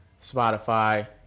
Spotify